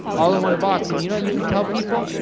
all in one box. and you know what you can tell people?